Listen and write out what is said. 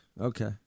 Okay